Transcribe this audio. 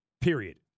period